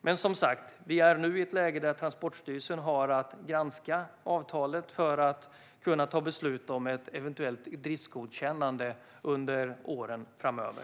Men vi är som sagt i ett läge där Transportstyrelsen har att granska avtalet för att kunna ta beslut om ett eventuellt driftsgodkännande under åren framöver.